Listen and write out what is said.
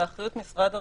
באחריות משרד הרווחה.